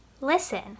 Listen